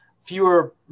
fewer